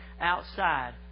outside